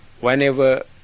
whenever